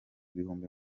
ibihumbi